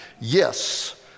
Yes